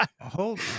Hold